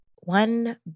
one